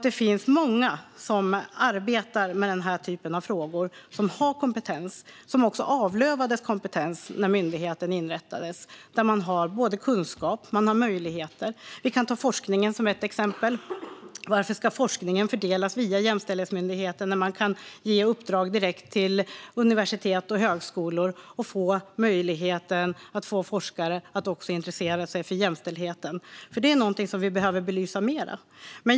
Det finns många som arbetar med denna typ av frågor som har kompetens och som avlövades kompetens när myndigheten inrättades. Man har både kunskap och möjligheter. Vi kan ta forskningen som ett exempel. Varför ska forskningen fördelas via Jämställdhetsmyndigheten när det går att ge uppdrag direkt till universitet och högskolor och få möjligheten att få forskare att också intressera sig för jämställdheten? Det är någonting som vi behöver belysa mer.